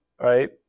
right